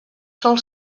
sol